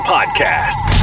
Podcast